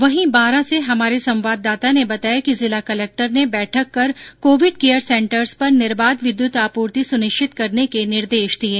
वहीं बारां से हमारे संवाददाता ने बताया कि जिला कलेक्टर ने बैठक कर कोविड केयर सेन्टरर्स पर निर्बाध विद्युत आपूर्ति सुनिश्चित करने के निर्देश दिये